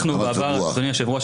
היושב-ראש,